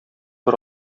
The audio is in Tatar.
бер